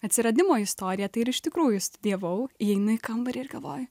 atsiradimo istorija tai ir iš tikrųjų studijavau įeinu į kambarį ir galvoju